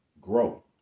grow